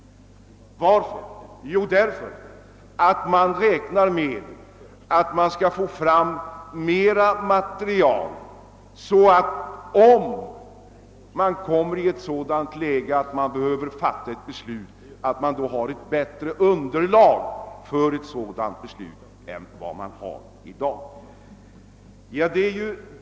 Varför? Jo, därför att man räknar med att under denna tid få fram mera material som ger ett bättre underlag än man har i dag för ett beslut när ett sådant måste fattas.